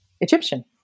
Egyptian